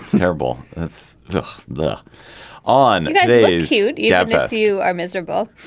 terrible it's the the on you. yeah but you are miserable.